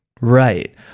right